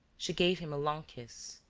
she gave him a long kiss.